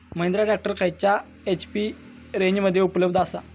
Mahindra tractor खयल्या HP रेंजमध्ये उपलब्ध आसा?